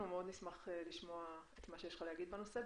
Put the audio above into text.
נשמח מאוד לשמוע את מה שיש לך להגיד בנושא.